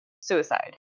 suicide